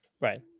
Right